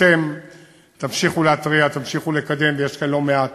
אתם תמשיכו להתריע, תמשיכו לקדם, ויש כאן לא מעט